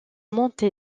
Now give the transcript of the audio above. monté